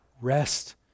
rest